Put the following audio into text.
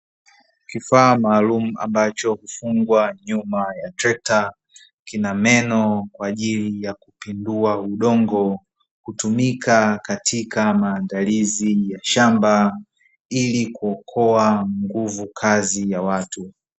Kifaa maalumu ambacho hufungwa nyuma ya trekta, kina meno kwa ajili ya kupindua udongo, kutumika katika maandalizi ya shamba ili kuokoa nguvu kazi ya watu.